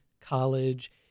college